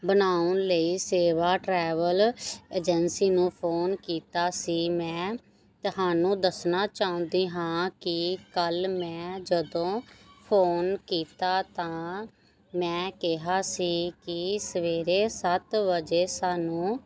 ਬਣਾਉਣ ਲਈ Seva travel agency ਨੂੰ ਫੋਨ ਕੀਤਾ ਸੀ ਮੈਂ ਤੁਹਾਨੂੰ ਦੱਸਣਾ ਚਾਹੁੰਦੀ ਹਾਂ ਕਿ ਕੱਲ੍ਹ ਮੈਂ ਜਦੋਂ ਫੋਨ ਕੀਤਾ ਤਾਂ ਮੈਂ ਕਿਹਾ ਸੀ ਕਿ ਸਵੇਰੇ ਸੱਤ ਵਜੇ ਸਾਨੂੰ